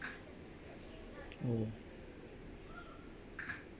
oh